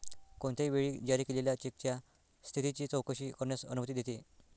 कोणत्याही वेळी जारी केलेल्या चेकच्या स्थितीची चौकशी करण्यास अनुमती देते